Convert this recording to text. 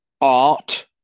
art